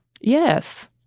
Yes